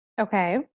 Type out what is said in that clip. Okay